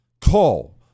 call